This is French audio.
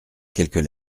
quelques